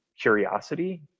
curiosity